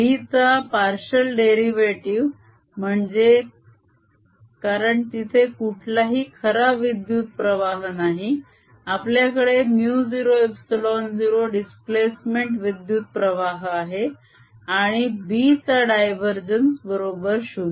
B चा partial derivative म्हणजे कारण तिथे कुठलाही खरा विद्युत प्रवाह नाही आपल्याकडे μ0 ε0 डीस्प्लेस्मेंट विद्युत प्रवाह आहे आणि B चा डायवरजेन्स बरोबर 0